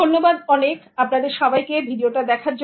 ধন্যবাদ অনেক আপনাদের সবাইকে ভিডিওটা দেখার জন্য